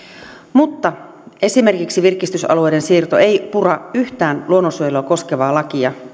mutta esimerkiksi virkistysalueiden siirto ei pura yhtään luonnonsuojelua koskevaa lakia